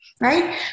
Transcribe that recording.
right